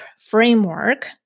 framework